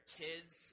kids